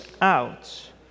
out